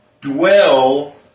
dwell